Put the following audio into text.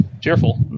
cheerful